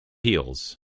heels